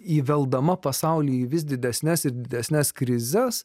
įveldama pasaulį į vis didesnes ir didesnes krizes